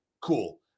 Cool